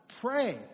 pray